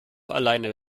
alleine